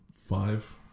five